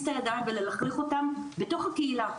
את הידיים וללכלך אותם בתוך הקהילה.